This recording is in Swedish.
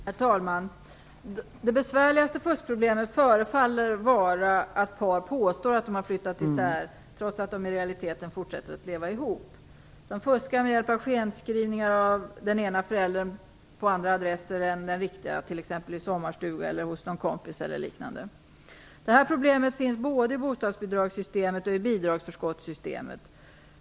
Herr talman! Det besvärligaste fuskproblemet förefaller vara att par påstår att de har flyttat isär, trots att de i realiteten fortsätter att leva ihop. De fuskar med hjälp av skenskrivningar av den ena föräldern på andra adresser än den riktiga, t.ex. i sommarstugan, hos någon kompis eller liknande. Detta problem finns både i bostadsbidragssystemet och bidragsförskottssystemet.